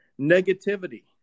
negativity